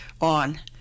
on